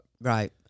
Right